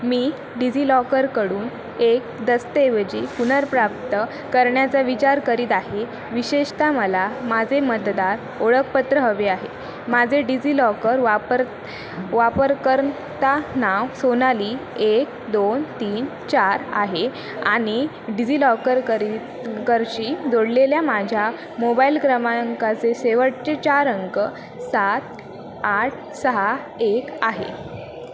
मी डिझिलॉकरकडून एक दस्तऐवज पुनर्प्राप्त करण्याचा विचार करीत आहे विशेषतः मला माझे मतदार ओळखपत्र हवे आहे माझे डिझिलॉकर वापर वापरकर्ता नाव सोनाली एक दोन तीन चार आहे आणि डिजिलॉकरकर करशी जोडलेल्या माझ्या मोबाईल क्रमांकाचे शेवटचे चार अंक सात आठ सहा एक आहे